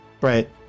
right